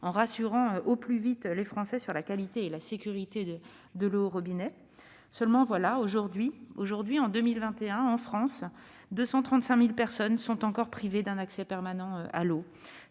en rassurant très vite les Français sur la qualité et la sécurité de l'eau du robinet. Toutefois, aujourd'hui encore, en 2021, 235 000 personnes sont privées d'un accès permanent à l'eau.